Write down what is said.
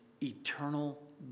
eternal